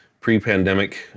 Pre-pandemic